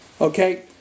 okay